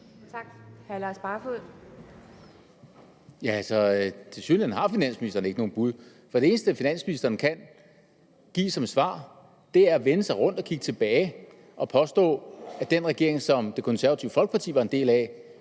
Kl. 18:12 Lars Barfoed (KF): Tilsyneladende har finansministeren ikke nogen bud, for det eneste, finansministeren kan give som svar, er at vende sig rundt og kigge tilbage og påstå, at den regering, som Det Konservative Folkeparti var en del af,